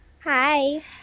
Hi